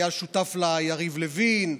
היו שותפים לה יריב לוין,